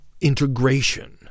integration